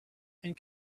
and